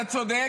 אתה צודק,